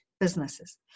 businesses